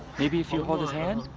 maybe if you hold his hand?